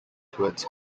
towards